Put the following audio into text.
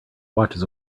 watches